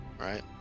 right